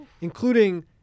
including